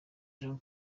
jean